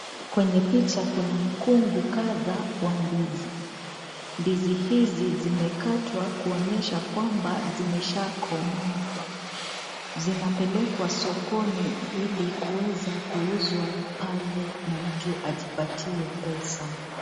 Kwenye picha kuna mkungu kadhaa wa ndizi. Ndizi hizi zimekatwa kuonyesha kwamba zimeshaakomaa. Zinapelekwa sokoni ili kuweza kuuzwa pale ili mtu aweze ajipatie pesa